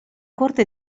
corte